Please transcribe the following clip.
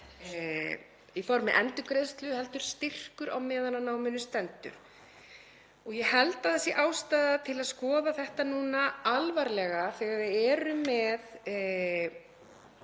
í formi endurgreiðslu heldur styrkur meðan á námi stendur. Ég held að það sé ástæða til að skoða þetta núna alvarlega þegar við erum með